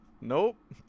Nope